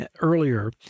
earlier